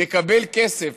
גם יקבל כסף,